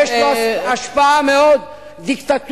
ויש לו השפעה מאוד דיקטטורית